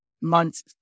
Months